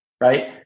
right